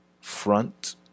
front